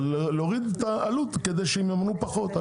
אבל להוריד את העלות כדי שהם יממנו פחות.